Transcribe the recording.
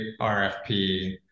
RFP